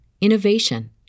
innovation